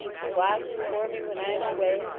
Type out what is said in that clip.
she watches for me when i am away,